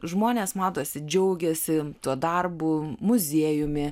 žmonės matosi džiaugiasi tuo darbu muziejumi